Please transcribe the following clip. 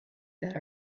that